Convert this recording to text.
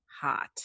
hot